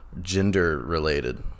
gender-related